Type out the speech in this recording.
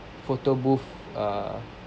photo booth err